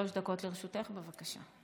שלוש דקות לרשותך, בבקשה.